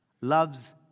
loves